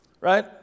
right